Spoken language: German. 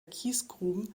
kiesgruben